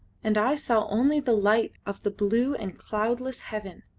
and i saw only the light of the blue and cloudless heaven